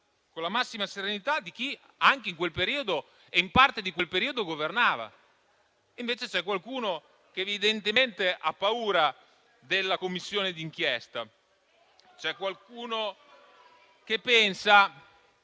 con la serenità di chi anche in quel periodo o in parte di quel periodo governava *(Commenti)*. Invece c'è qualcuno che evidentemente ha paura della Commissione di inchiesta, c'è qualcuno che pensa